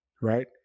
right